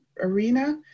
arena